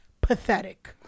Pathetic